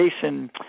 Jason